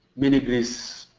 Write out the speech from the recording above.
mini grids